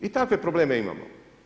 I takve probleme imamo.